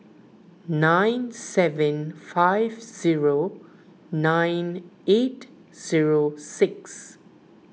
nine seven five zero nine eight zero six